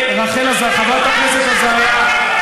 חברת הכנסת רחל עזריה,